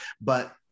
But-